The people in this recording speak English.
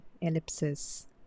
ellipsis